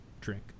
drink